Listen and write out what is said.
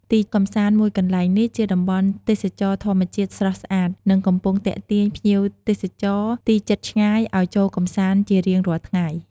ទីកម្សាន្តមួយកន្លែងនេះ ជាតំបន់ទេសចរណ៍ធម្មជាតិស្រស់ស្អាត និងកំពុងទាក់ទាញភ្ញៀវទេសចរទីជិតឆ្ងាយឱ្យចូលកម្សាន្តជារៀងរាល់ថ្ងៃ។